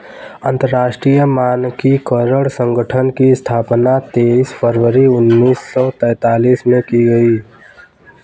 अंतरराष्ट्रीय मानकीकरण संगठन की स्थापना तेईस फरवरी उन्नीस सौ सेंतालीस में की गई